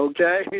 Okay